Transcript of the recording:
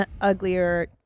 uglier